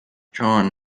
john